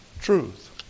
truth